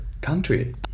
country